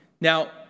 Now